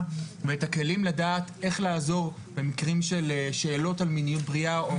ואת הכלים לדעת איך לעזור במקרים של שאלות על מיניות בריאה או,